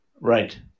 Right